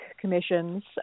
commissions